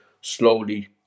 slowly